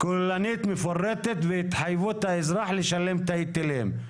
כוללנית מפורטת והתחייבות האזרח לשלם את ההיטלים.